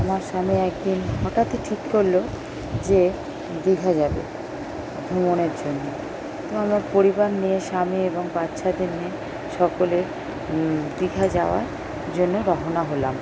আমার স্বামী এক দিন হঠাৎই ঠিক করল যে দীঘা যাবে ভ্রমণের জন্য তো আমরা পরিবার নিয়ে স্বামী এবং বাচ্চাদের নিয়ে সকলে দীঘা যাওয়ার জন্য রওনা হলাম